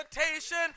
invitation